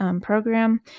program